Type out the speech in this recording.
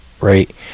right